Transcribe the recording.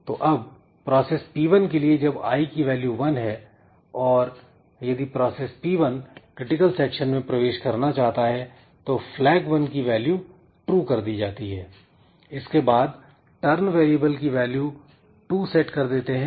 तो अब process P1 के लिए जब आई की वैल्यू वन है और यदि प्रोसेस P1 क्रिटिकल सेक्शन में प्रवेश करना चाहता है तो flag1 की वैल्यू true कर दी जाती है इसके बाद टर्न वेरिएबल की वैल्यू 2 सेट कर देते हैं